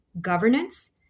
governance